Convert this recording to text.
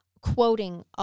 quoting